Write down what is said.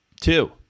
Two